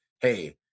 hey